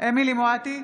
חיה מואטי,